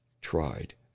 tried